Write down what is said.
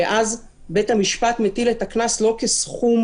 שאז בית המשפט מטיל את הקנס לא כסכום